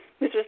Mrs